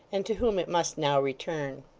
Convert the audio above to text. and to whom it must now return.